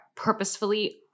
purposefully